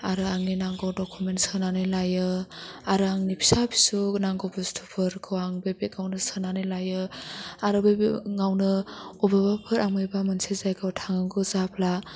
आरो आंनि नांगौ डकमेन्टस सोनानै लायो आरो आंनि फिसा फिसौ नांगौ बुस्थुफोरखौ आं बे बेगावनो सोनानै लायो आरो बे बेगगावनो अबेबाफोर आं मायबा मोनसे जायगायाव थांनांगौ जाब्ला